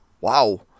Wow